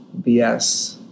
BS